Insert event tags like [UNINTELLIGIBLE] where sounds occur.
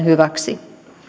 [UNINTELLIGIBLE] hyväksi